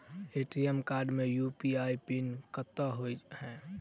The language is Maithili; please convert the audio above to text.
ए.टी.एम कार्ड मे यु.पी.आई पिन कतह होइ है?